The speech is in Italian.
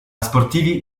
sportivi